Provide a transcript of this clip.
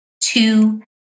Two